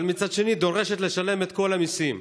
אבל מצד שני דורשת לשלם את כל המיסים,